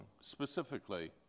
Specifically